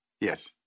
Yes